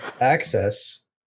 access